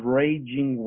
raging